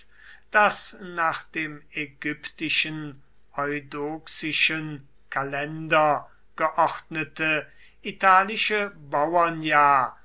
das nach dem ägyptischen eudoxischen kalender geordnete italische bauernjahr